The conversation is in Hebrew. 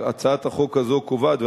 הצעת החוק הזאת קובעת,